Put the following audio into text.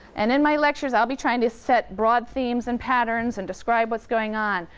and in my lectures i'll be trying to set broad themes and patterns and describe what's going on,